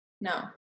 No